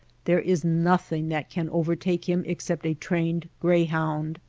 there is nothing that can overtake him except a trained greyhound.